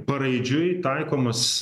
paraidžiui taikomas